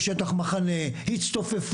אבל יש מגוון חברתי קהילתי קצת שונה בכל אופן,